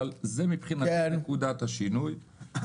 אבל זה מבחינתי נקודת השינוי.